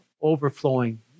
overflowing